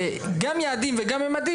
גם יעדים וגם ממדים,